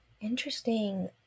Interesting